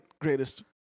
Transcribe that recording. greatest